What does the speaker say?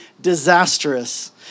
disastrous